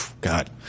God